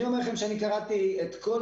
אני אומר לכם שאני קראתי את כל